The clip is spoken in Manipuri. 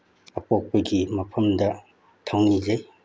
ꯑꯄꯣꯛꯄꯤꯒꯤ ꯃꯐꯝꯗ ꯊꯧꯅꯤꯖꯩ